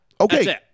okay